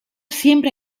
siempre